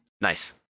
Nice